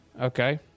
Okay